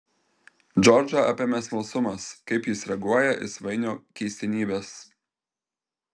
džordžą apėmė smalsumas kaip jis reaguoja į svainio keistenybes